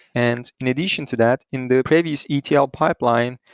and in addition to that, in the previous etl pipeline,